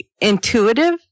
intuitive